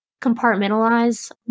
compartmentalize